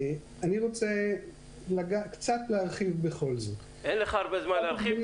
אני רוצה להרחיב בכל זאת -- אין לך הרבה זמן להרחיב.